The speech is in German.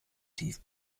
tief